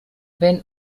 wenn